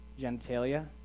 genitalia